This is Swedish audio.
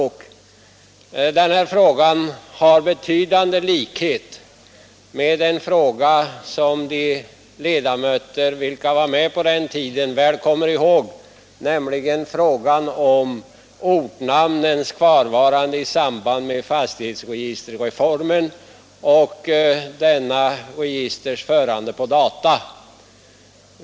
Denna fråga har betydande likhet med en fråga, som de ledamöter som var med på den tiden väl kommer ihåg, nämligen frågan om ortnamnens kvarvarande i samband med fastighetsregisterreformen och detta registers förande på data.